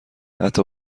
حتی